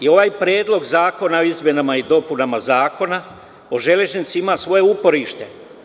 Ovaj Predlog zakona o izmenama i dopunama Zakona o železnici ima svoje uporište.